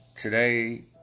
today